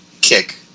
kick